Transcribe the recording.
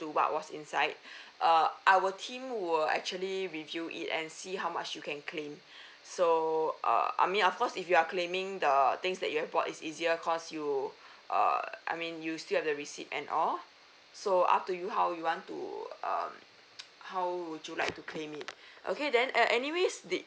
to what was inside uh our team will actually review it and see how much you can claim so uh I mean of course if you're claiming the things that you've bought is easier cause you err I mean you still have the receipt and all so up to you how you want to um how would you like to claim it okay then uh anyways did